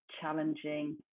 challenging